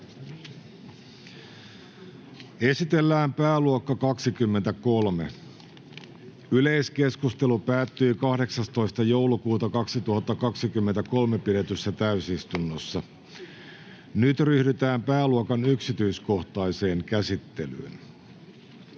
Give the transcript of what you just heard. Esitellään pääluokka 23. Yleiskeskustelu päättyi 18.12.2023 pidetyssä täysistunnossa. Nyt ryhdytään pääluokan yksityiskohtaiseen käsittelyyn.